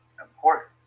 important